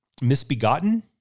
misbegotten